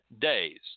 days